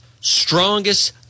strongest